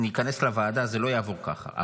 את יודעת, ניכנס לוועדה, זה לא יעבור ככה.